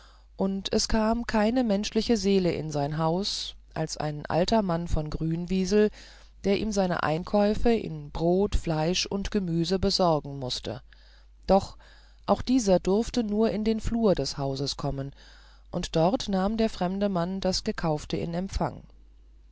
und es kam keine menschliche seele in sein haus als ein alter mann aus grünwiesel der ihm seine einkäufe in brot fleisch und gemüse besorgen mußte doch auch dieser durfte nur in die flur des hauses kommen und dort nahm der fremde mann das gekaufte in empfang